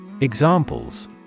Examples